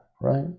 right